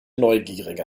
neugierige